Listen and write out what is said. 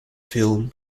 film